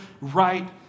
right